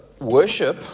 worship